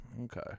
Okay